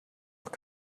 doch